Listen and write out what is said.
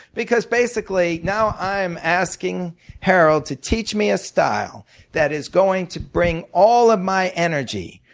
because basically, now i'm asking harold to teach me a style that is going to bring all of my energy,